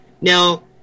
Now